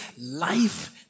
life